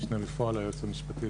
המשנה בפועל ליועץ המשפטי,